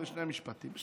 שני משפטים.